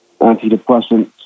antidepressants